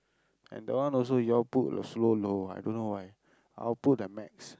and that one also you all put so low I don't know why I'll put at max